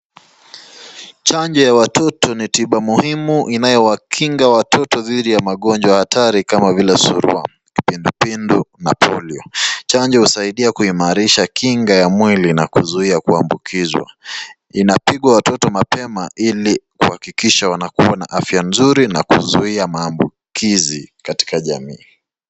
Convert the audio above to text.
Chanjo ya watoto ni tiba muhimu inayowakinga watoto dhidi ya magonjwa hatari kama vile surua, kipindupindu na polio. Chanjo husaidia kuimarisha kinga ya mwili na kuzia kuambukiza, inatibu watoto mapema ili kuhakikisha wanakuwa na afya mzuri na kuzuia maambukizi katika jamii.